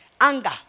anger